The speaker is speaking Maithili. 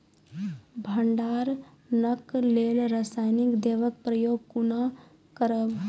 भंडारणक लेल रासायनिक दवेक प्रयोग कुना करव?